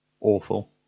awful